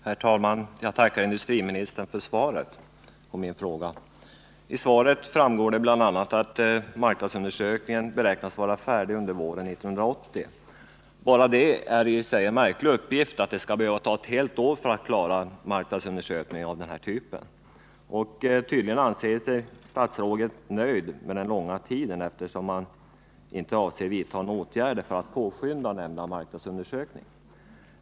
Herr talman! Jag tackar industriministern för svaret på min fråga. Av svaret framgår bl.a. att marknadsundersökningen beräknas vara färdig under våren 1980. Bara det är i sig en märklig uppgift — att det skall behöva ta ett helt år att klara marknadsundersökningar av den här typen. Tydligen är statsrådet nöjd med att det tar så lång tid, eftersom han inte avser att vidta några åtgärder för att påskynda nämnda marknadsundersökning.